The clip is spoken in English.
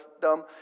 dumb